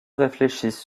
réfléchissent